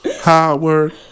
Howard